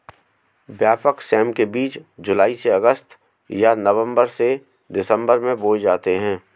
व्यापक सेम के बीज जुलाई से अगस्त या नवंबर से दिसंबर में बोए जाते हैं